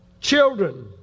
Children